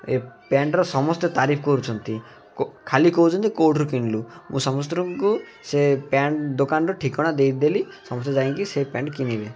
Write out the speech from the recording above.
ଏ ପ୍ୟାଣ୍ଟ୍ର ସମସ୍ତେ ତାରିଫ କରୁଛନ୍ତି ଖାଲି କହୁଛନ୍ତି କେଉଁଠୁ ରୁ କିଣିଲୁ ମୁଁ ସମସ୍ତଙ୍କୁ ସେ ପ୍ୟାଣ୍ଟ୍ ଦୋକାନର ଠିକଣା ଦେଇଦେଲି ସମସ୍ତେ ଯାଇକି ସେ ପ୍ୟାଣ୍ଟ୍ କିଣିବେ